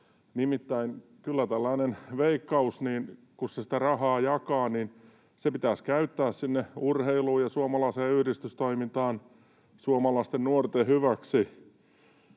Nimittäin kyllä kun Veikkaus sitä rahaa jakaa, niin se pitäisi käyttää sinne urheiluun ja suomalaiseen yhdistystoimintaan, suomalaisten nuorten hyväksi,